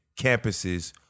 campuses